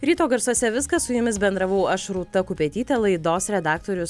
ryto garsuose viskas su jumis bendravau aš rūta kupetytė laidos redaktorius